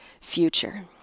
future